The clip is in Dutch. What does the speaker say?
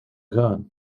gaan